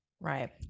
Right